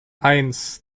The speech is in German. eins